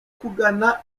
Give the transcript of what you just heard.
kugana